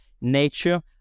nature